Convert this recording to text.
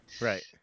Right